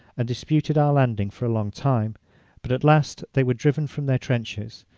and disputed our landing for a long time but at last they were driven from their trenches,